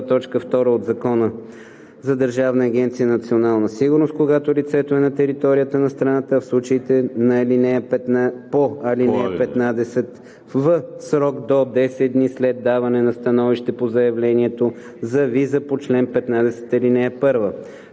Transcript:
1, т. 2 от Закона за Държавна агенция „Национална сигурност“, когато лицето е на територията на страната, а в случаите по ал. 15, в срок до 10 дни след даване на становище по заявлението за виза по чл. 15, ал. 1.